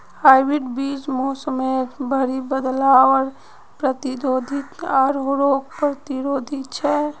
hybrid बीज मोसमेर भरी बदलावर प्रतिरोधी आर रोग प्रतिरोधी छे